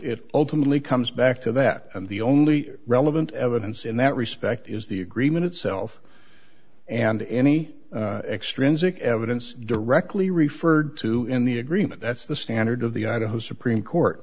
it ultimately comes back to that and the only relevant evidence in that respect is the agreement itself and any extrinsic evidence directly referred to in the agreement that's the standard of the idaho supreme court